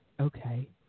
Okay